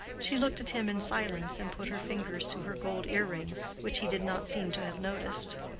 she looked at him in silence, and put her fingers to her gold earrings, which he did not seem to have noticed.